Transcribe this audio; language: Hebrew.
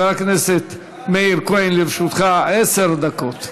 חבר הכנסת מאיר כהן, לרשותך עשר דקות.